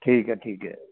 ਠੀਕ ਹੈ ਠੀਕ ਹੈ